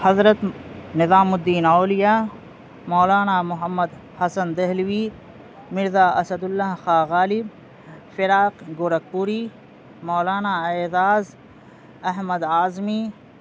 Hazrat Nizamuddin Auliya Maulana Muhammad Hasan Dehlavi Mirza Asadullah Khan Ghalib Firaq Gorakhpuri Maulana Ejaz Ahmad Azmi